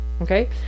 Okay